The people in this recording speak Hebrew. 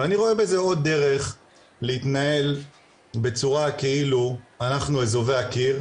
ואני רואה בזה עוד דרך להתנהל בצורה כאילו אנחנו אזובי הקיר,